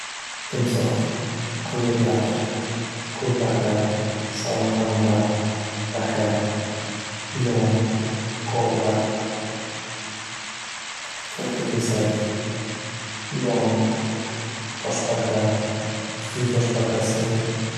Timsox, alligator, kurbaqa, salamandra, baqa, ilon, kobra, keltakesak, ilon, toshbaqa, suv toshbaqasi.